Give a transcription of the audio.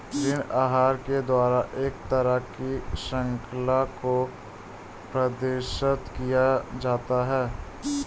ऋण आहार के द्वारा एक तरह की शृंखला को प्रदर्शित किया जाता है